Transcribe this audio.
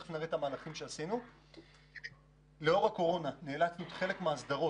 אלא שלאור הקורונה נאלצנו לדחות חלק מההסדרות.